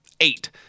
Eight